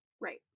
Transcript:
right